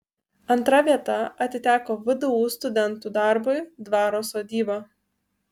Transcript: antra vieta atiteko vdu studentų darbui dvaro sodyba